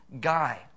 guy